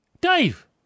Dave